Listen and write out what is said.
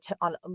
on